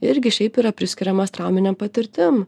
irgi šiaip yra priskiriamas trauminėm patirtim